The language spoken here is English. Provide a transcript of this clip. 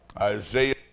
Isaiah